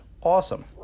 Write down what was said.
awesome